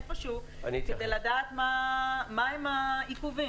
איפה שהוא כדי לדעת מה הם העיכובים.